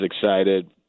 excited